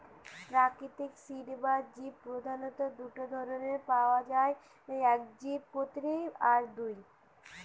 প্রাকৃতিক সিড বা বীজ প্রধাণত দুটো ধরণের পায়া যায় একবীজপত্রী আর দুই